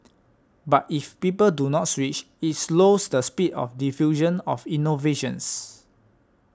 but if people do not switch it slows the speed of diffusion of innovations